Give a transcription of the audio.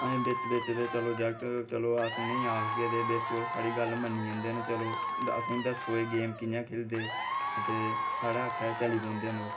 अजें बिच बिच ते चलो जागत चलो अस उ'नें ई आखगे ते बिच ओह् साढ़ी गल्ल मन्नी जंदे न चलो असें ई दस्सो एह् गेम कि'यां खेढदे ते साढ़ै आक्खै चली पौंदे न ओह्